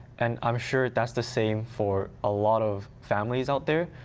and i'm sure that's the same for a lot of families out there.